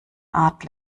art